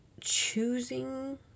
choosing